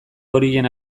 horien